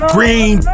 Green